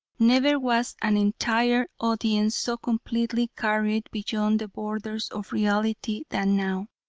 never was an entire audience so completely carried beyond the borders of reality than now.